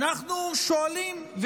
ואנחנו שואלים,